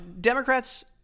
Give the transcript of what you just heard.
Democrats